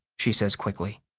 she says quickly.